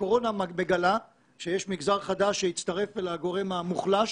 שהקורונה מגלה שיש מגזר חדש שהצטרף לגורם המוחלש